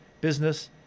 business